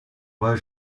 while